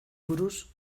buruz